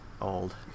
old